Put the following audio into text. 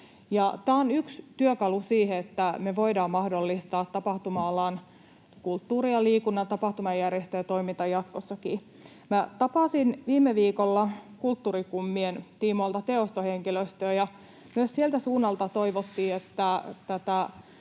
Tämä on yksi työkalu siihen, että me voidaan mahdollistaa tapahtuma-alan, kulttuurin ja liikunnan tapahtumajärjestäjien toiminta jatkossakin. Tapasin viime viikolla kulttuurikummien tiimoilta Teoston henkilöstöä, ja myös sieltä suunnalta toivottiin,